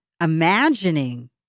imagining